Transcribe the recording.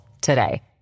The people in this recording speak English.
today